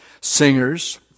singers